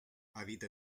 habita